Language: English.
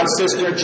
sister